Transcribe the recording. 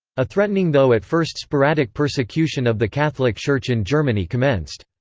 a threatening though at first sporadic persecution of the catholic church in germany commenced.